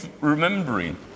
remembering